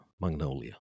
magnolia